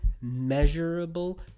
measurable